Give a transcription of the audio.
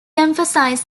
emphasized